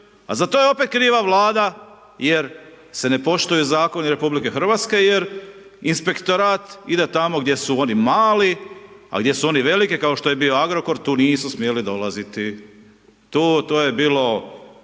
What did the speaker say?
a za to je opet kriva Vlada je se ne poštuju zakoni RH jer inspektorat ide tamo gdje su oni mali a gdje su oni veliki kao što je bio Agrokor, tu nisu smjeli dolaziti. To je bilo